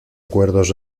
acuerdos